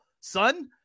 son